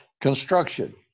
construction